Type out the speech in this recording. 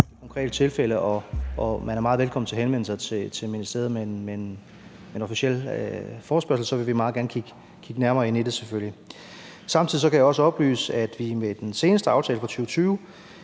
konkrete tilfælde, og man er meget velkommen til at henvende sig til ministeriet med en officiel forespørgsel, og så vil vi selvfølgelig meget gerne kigge nærmere ind i det. Samtidig kan jeg også oplyse, at vi med den seneste aftale fra 2020